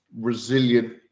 resilient